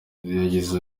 yagize